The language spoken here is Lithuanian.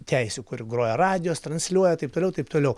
teisių kur groja radijas transliuoja taip toliau taip toliau